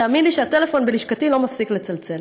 תאמין לי שהטלפון בלשכתי לא מפסיק לצלצל.